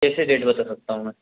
कैसे डेट बता सकता हूँ मैं